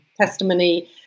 testimony